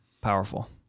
powerful